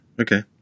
okay